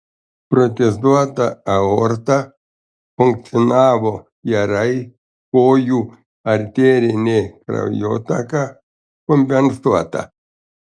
protezuota aorta funkcionavo gerai kojų arterinė kraujotaka kompensuota